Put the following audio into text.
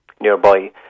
nearby